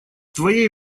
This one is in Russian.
твоей